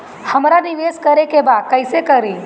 हमरा निवेश करे के बा कईसे करी?